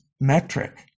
metric